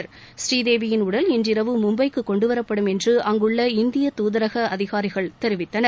ப்ரீதேவியின் உடல் இன்றிரவு மும்பைக்கு கொண்டுவரப்படும் என்று அங்குள்ள இந்திய தூதரக அதிகாரிகள் தெரிவித்தனர்